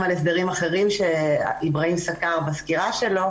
על הסדרים אחרים שאיבראהים סקר בסקירה שלו,